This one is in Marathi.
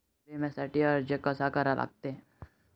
बिम्यासाठी अर्ज कसा करा लागते?